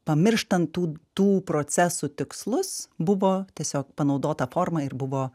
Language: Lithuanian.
pamirštant tų tų procesų tikslus buvo tiesiog panaudota forma ir buvo